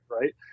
Right